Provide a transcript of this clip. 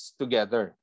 together